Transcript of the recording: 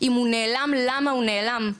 אם הוא נעלם למה הוא נעלם.